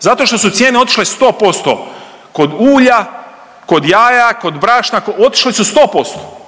Zato što su cijene otišle 100% kod ulja, kod jaja, kod brašna, otišle su 100%